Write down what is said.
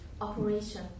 Operation